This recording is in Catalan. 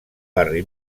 barri